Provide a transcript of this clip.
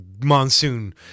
Monsoon